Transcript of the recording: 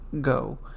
go